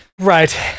Right